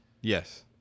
Yes